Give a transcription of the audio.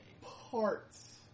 Parts